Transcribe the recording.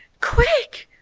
quick,